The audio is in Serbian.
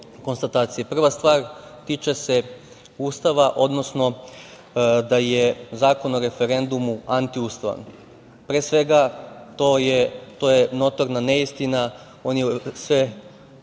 stvar tiče se Ustava, odnosno da je Zakon o referendumu antiustavan. Pre svega, to je notorna neistina. On je